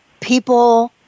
people